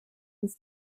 des